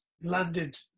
landed